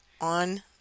on